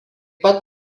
pat